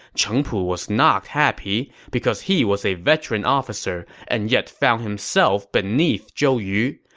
cheng pu was not happy because he was a veteran officer and yet found himself beneath zhou yu.